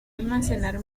almacenar